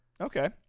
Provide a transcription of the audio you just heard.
Okay